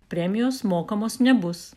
premijos mokamos nebus